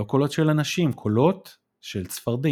לא קולות של אנשים — קולות של צפרדעים.